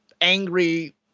angry